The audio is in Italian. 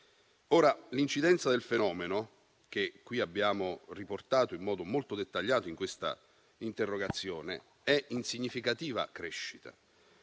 euro. L'incidenza del fenomeno, che abbiamo riportato in modo molto dettagliato in questa interrogazione, è in significativa crescita.